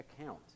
account